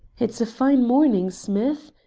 it's a fine morning, smith,